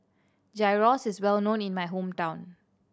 gyros is well known in my hometown